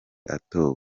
atowe